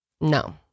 No